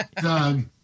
Doug